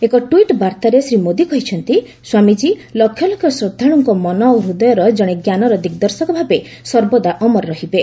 ଏକ ଟ୍ୱିଟ୍ ବାର୍ଭାରେ ଶ୍ରୀ ମୋଦି କହିଛନ୍ତି ସ୍ୱାମିଜୀ ଲକ୍ଷ ଲକ୍ଷ ଶ୍ରଦ୍ଧାଳୁଙ୍କ ମନ ଓ ହୃଦୟରେ ଜଣେ ଜ୍ଞାନର ଦିଗ୍ଦର୍ଶକ ଭାବେ ସର୍ବଦା ଅମର ରହିବେ